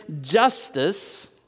justice